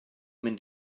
mynd